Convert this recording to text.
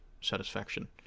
satisfaction